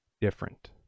different